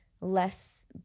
less